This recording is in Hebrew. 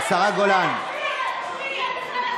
השרה מאי גולן.